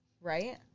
right